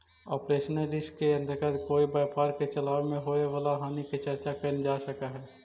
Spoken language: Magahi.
ऑपरेशनल रिस्क के अंतर्गत कोई व्यापार के चलावे में होवे वाला हानि के चर्चा कैल जा सकऽ हई